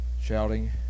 shouting